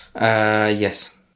Yes